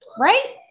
right